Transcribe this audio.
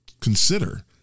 consider